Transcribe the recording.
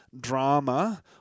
drama